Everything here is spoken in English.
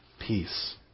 peace